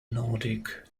nordic